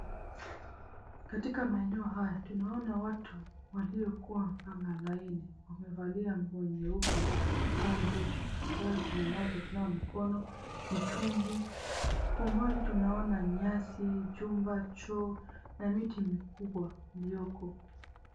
Katika maeneo haya, tunaona watu waliokuwa wamepanga laini. Wamevalia nguo nyeupe, 𝑔𝑢mboot , kando yao kuna maji ya kunawa mikono, mitungi, kwa umbali tunuona nyasi, jumba, choo na miti mikubwa ilioko.